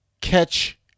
catch